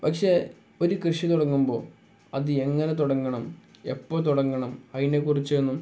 പക്ഷെ ഒരു കൃഷി തുടങ്ങുമ്പോൾ അത് എങ്ങനെ തുടങ്ങണം എപ്പോൾ തുടങ്ങണം അതിനെക്കുറിച്ചൊന്നും